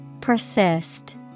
Persist